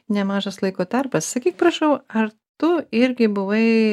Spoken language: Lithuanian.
nemažas laiko tarpas sakyk prašau ar tu irgi buvai